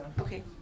Okay